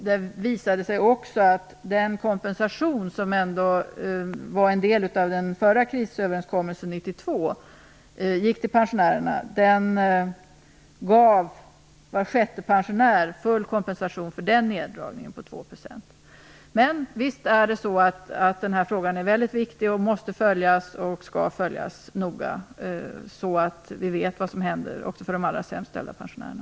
Det visade sig också att den kompensation till pensionärerna som var en del av den förra krisöverenskommelsen, från 1992, gav var sjätte pensionär full kompensation för den neddragningen på 2 %. Men visst är det så att den här frågan är väldigt viktig och måste följas noga, så att vi vet vad som händer också för de allra sämst ställda pensionärerna.